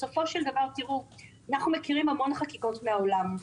אנחנו מכירים המון חקיקות מן העולם.